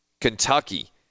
Kentucky